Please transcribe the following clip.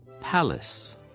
palace